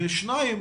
ושניים,